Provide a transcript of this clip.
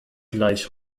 gleich